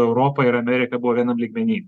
europa ir amerika buvo vienam lygmeny